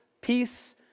peace